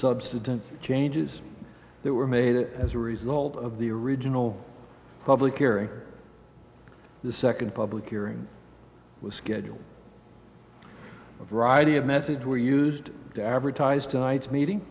substance changes that were made it as a result of the original public hearing the second public hearing was scheduled a variety of methods were used to advertise tonight's meeting